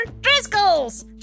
Driscoll's